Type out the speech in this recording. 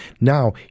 now